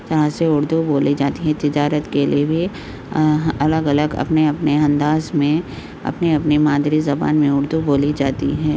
طرح سے اردو بولی جاتی ہیں تجارت کے لیے بھی الگ الگ اپنے اپنے انداز میں اپنے اپنے مادری زبان میں اردو بولی جاتی ہیں